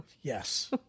Yes